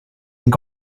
and